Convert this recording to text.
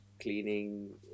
cleaning